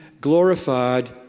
glorified